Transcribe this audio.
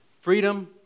Freedom